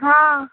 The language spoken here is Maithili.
हॅं